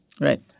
Right